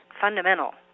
fundamental